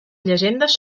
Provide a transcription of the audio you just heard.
llegendes